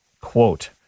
Quote